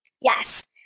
Yes